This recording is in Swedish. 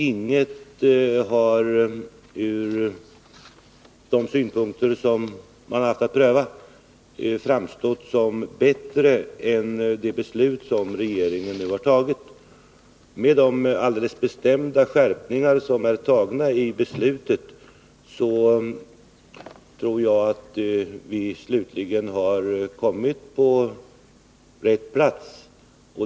Inget har ur de synpunkter man haft att pröva framstått som bättre än det beslut som regeringen nu har fattat. Med de alldeles bestämda skärpningar som innefattas i beslutet tror jag att vi slutligen har kommit på rätt plats.